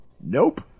Nope